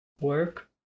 Work